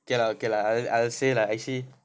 okay lah okay lah I'll say like actually